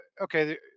okay